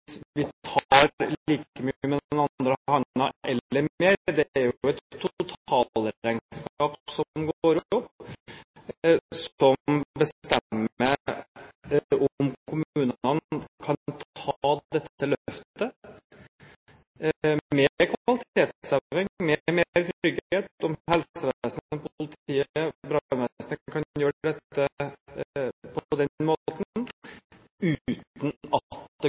vi øremerker et tilskudd til Nødnett til kommunene hvis vi tar like mye med den andre hånden eller mer. Det er jo et totalregnskap som må gå opp, som bestemmer om kommunene kan ta dette løftet med kvalitetsheving, med mer trygghet – om helsevesenet, politiet og brannvesenet kan gjøre dette på den måten – uten